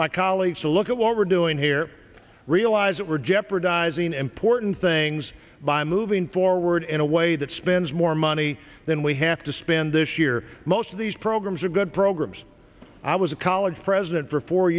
my colleagues to look at what we're doing here realize that we're jeopardizing important things by moving forward in a way that spends more money than we have to spend this year most of these programs are good programs i was a college president for four